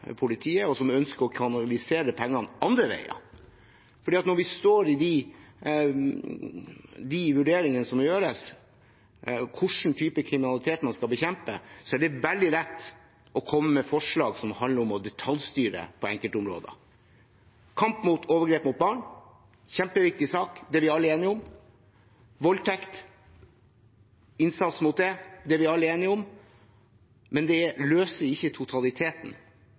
politiet, og som ønsker å kanalisere pengene andre veier. For når vi står i de vurderingene som må gjøres med hensyn til hva slags type kriminalitet man skal bekjempe, er det veldig lett å komme med forslag som handler om å detaljstyre på enkelte områder. Kamp mot overgrep mot barn er en kjempeviktig sak, det er vi alle enige om, og voldtekt – innsats mot det er vi alle enige om. Men det løser ikke totaliteten.